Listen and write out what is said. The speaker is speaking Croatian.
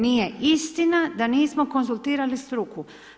Nije istina da nismo konzultirali struku.